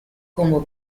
como